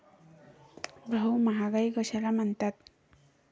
भाऊ, महागाई कशाला म्हणतात?